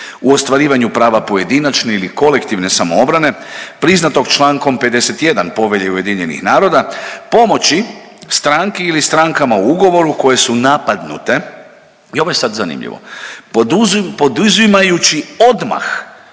u ostvarivanju prava pojedinačne ili kolektivne samoobrane priznatog Člankom 51. Povelje UN-a pomoći stranki ili strankama u ugovoru koje su napadnute, i ovo je sad zanimljivo, poduzimajući odmah